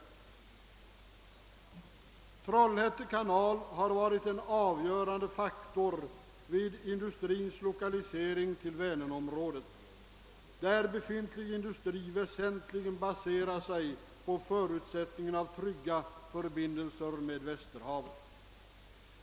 Trollhätte kanal har varit en avgörande faktor vid industrins lokalisering till Vänerområdet, där befintlig industri väsentligen baserar sig på förutsättningen av trygga förbindelser med Västerhavet.